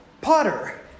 potter